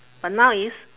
but now it's